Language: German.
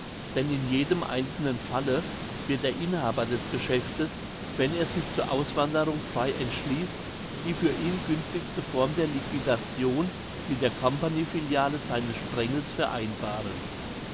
denn in jedem einzelnen falle wird der inhaber des geschäftes wenn er sich zur auswanderung frei entschliesst die für ihn günstigste form der liquidation mit der company filiale seines sprengels vereinbaren